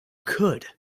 could